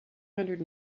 hundred